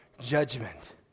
judgment